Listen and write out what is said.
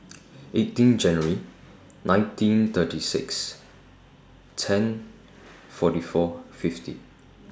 eighteen January nineteen thirty six ten forty four fifty